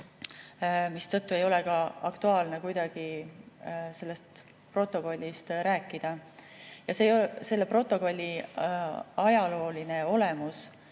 mistõttu ei ole ka aktuaalne sellest protokollist rääkida. Ja selle protokolli ajalooline olemus